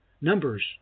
Numbers